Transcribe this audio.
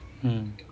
mm